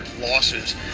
losses